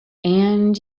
and